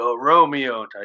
Romeo